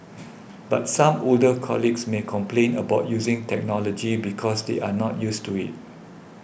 but some older colleagues may complain about using technology because they are not used to it